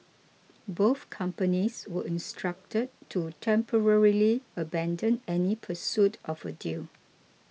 both companies were instructed to temporarily abandon any pursuit of a deal